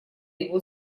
его